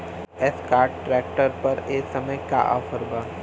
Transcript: Escort tractor पर ए समय का ऑफ़र बा?